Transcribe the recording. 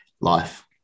life